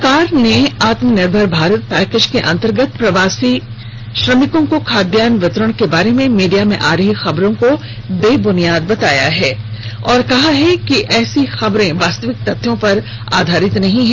सरकार ने आत्मनिर्भर भारत पैकेज के अंतर्गत कम संख्या में प्रवासी श्रमिकों को खाद्यान्न वितरण के बारे में मीडिया में आ रही खबरों को बेबुनियाद बताया है और कहा है कि ऐसी खबरें वास्तविक तथ्यों पर आधारित नहीं हैं